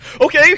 Okay